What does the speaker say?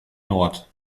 nord